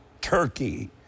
Turkey